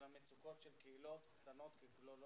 של המצוקות של קהילות קטנות כגדולות.